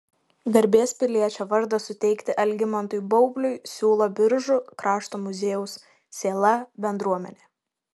garbės piliečio vardą suteikti algimantui baubliui siūlo biržų krašto muziejaus sėla bendruomenė